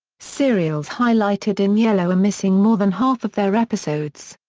serials highlighted in yellow are missing more than half of their episodes.